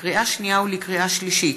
לקריאה שנייה ולקריאה שלישית: